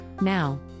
now